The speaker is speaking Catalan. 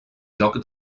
lloc